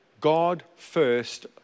God-first